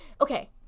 Okay